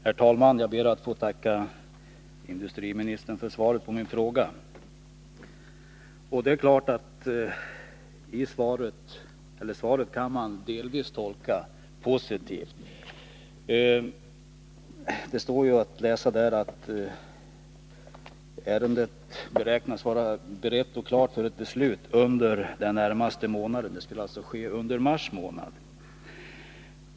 Herr talman! Jag ber att få tacka industriministern för svaret på min fråga. Svaret kan delvis tolkas positivt. Av industriministerns svar framgår ju att ärendet beräknas vara berett och klart för ett beslut under den närmaste månaden, alltså under mars månad.